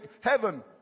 heaven